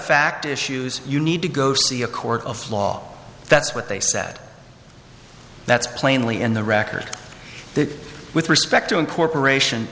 fact issues you need to go see a court of law that's what they said that's plainly in the record with respect to incorporation